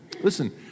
Listen